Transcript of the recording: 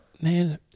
Man